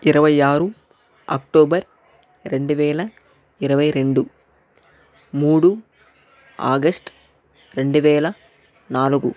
ఇరవై ఆరు అక్టోబర్ రెండువేల ఇరవై రెండు మూడు ఆగష్టు రెండువేల నాలుగు